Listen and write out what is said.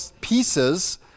pieces